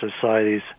societies